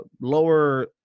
lower